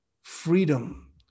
freedom